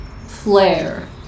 Flare